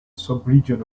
subregion